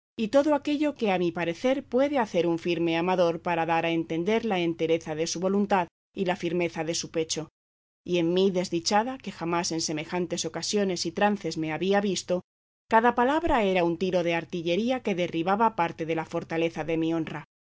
y todo aquello que a mi parecer puede hacer un firme amador para dar a entender la entereza de su voluntad y la firmeza de su pecho y en mí desdichada que jamás en semejantes ocasiones y trances me había visto cada palabra era un tiro de artillería que derribaba parte de la fortaleza de mi honra